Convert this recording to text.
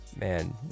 Man